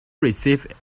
received